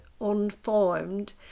unformed